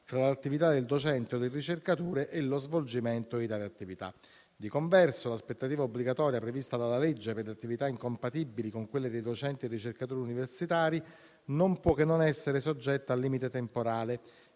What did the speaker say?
fra l'attività del docente o del ricercatore e lo svolgimento di altre attività. Di converso, l'aspettativa obbligatoria prevista dalla legge per le attività incompatibili con quelle dei docenti e ricercatori universitari, non può che non essere soggetta a limite temporale,